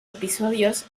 episodios